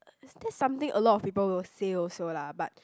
is this something a lot of people will say also lah but